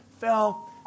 fell